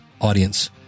audience